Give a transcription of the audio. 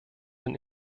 den